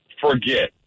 forget